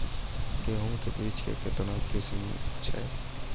गेहूँ के बीज के कितने किसमें है?